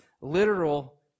literal